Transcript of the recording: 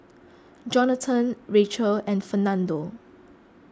Johnathan Racheal and Fernando